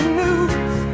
news